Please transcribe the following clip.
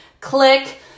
Click